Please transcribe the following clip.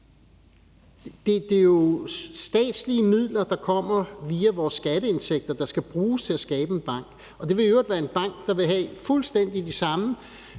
Det er jo statslige midler, der kommer via vores skatteindtægter, der skal bruges til at skabe en bank, og det vil i øvrigt være en bank, der vil have fuldstændig de samme